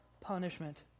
punishment